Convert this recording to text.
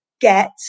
get